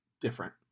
different